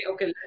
Okay